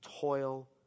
toil